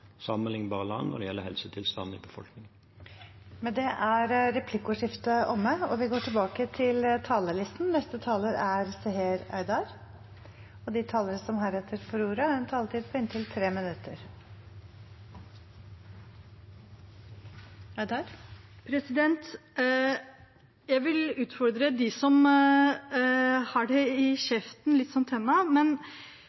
sammenlignbare land når det gjelder helsetilstanden i befolkningen. Med det er replikkordskiftet omme. De talere som heretter får ordet, har en taletid på inntil 3 minutter. Jeg vil utfordre dem som har det i